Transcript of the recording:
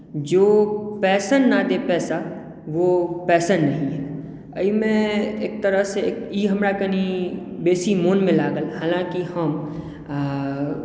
जो पैसन ना दे पैसा वो पैसन नही है एहिमे एक तरहसँ ई हमरा कनि बेसी मोनमे लागल हलाँकि हम